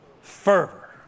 fervor